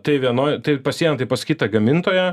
tai vienoj tai pas vieną tai pas kitą gamintoją